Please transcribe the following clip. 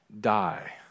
die